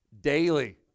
daily